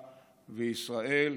וישראל,